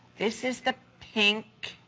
this is the pink